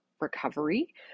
recovery